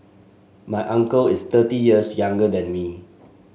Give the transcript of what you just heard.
my uncle is thirty years younger than me